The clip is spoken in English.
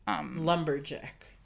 Lumberjack